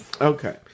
Okay